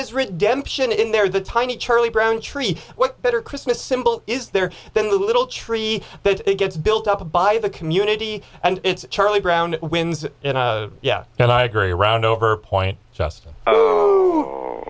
is redemption in there the tiny charlie brown tree what better christmas symbol is there than the little tree that gets built up by the community and it's charlie brown wins yeah and i agree around over point just